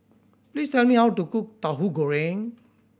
please tell me how to cook Tauhu Goreng